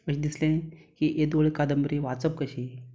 अशें दिसलें की येदी व्हडली कादंबरी वाचप कशी